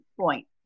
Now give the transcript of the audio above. point